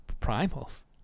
Primals